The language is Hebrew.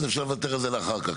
אז אפשר לוותר על זה לאחר כך,